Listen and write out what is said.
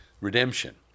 redemption